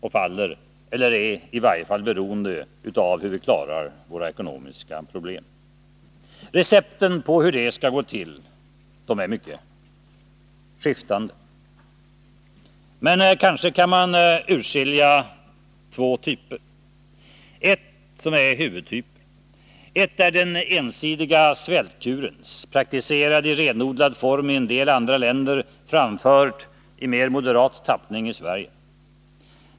Allt detta är beroende av hur vi klarar våra ekonomiska problem. Recepten på hur det skall gå till är mycket skiftande. Kanske kan man ändå urskilja två huvudtyper av recept. Ett är den ensidiga svältkuren, praktiserad i renodlad form i en del andra länder, framförd i mera moderat tappning i Sverige.